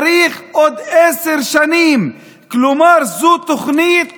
צריך עוד עשר שנים, כלומר זו תוכנית